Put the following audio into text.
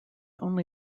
only